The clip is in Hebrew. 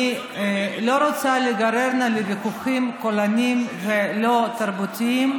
אני לא רוצה להיגרר לוויכוחים קולניים ולא תרבותיים.